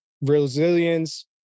resilience